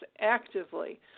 actively